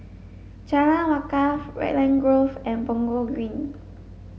Jalan Wakaff Raglan Grove and Punggol Green